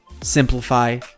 Simplify